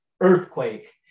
earthquake